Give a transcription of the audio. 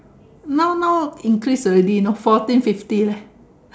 now now increase already you know fourteen fifty leh